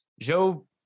Joe